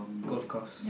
golf course